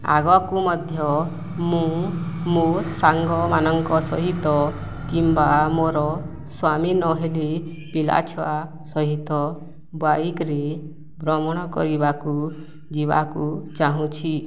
ଆଗକୁ ମଧ୍ୟ ମୁଁ ମୋ ସାଙ୍ଗମାନଙ୍କ ସହିତ କିମ୍ବା ମୋର ସ୍ୱାମୀ ନହେଲେ ପିଲା ଛୁଆ ସହିତ ବାଇକ୍ରେ ଭ୍ରମଣ କରିବାକୁ ଯିବାକୁ ଚାହୁଁଛି